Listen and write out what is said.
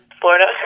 Florida